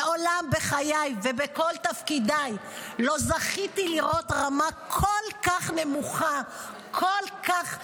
מעולם בחיי ובכל תפקידיי לא זכיתי לראות רמה כל כך נמוכה,